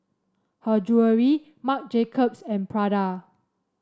Her Jewellery Marc Jacobs and Prada